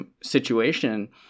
situation